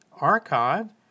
Archive